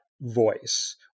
voice